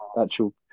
actual